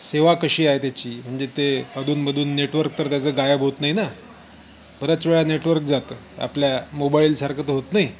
सेवा कशी आहे त्याची म्हणजे ते अधूनमधून नेटवर्क तर त्याचं गायब होत नाही ना बऱ्याच वेळा नेटवर्क जातं आपल्या मोबाईलसारखं तर होत नाही